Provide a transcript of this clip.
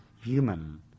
human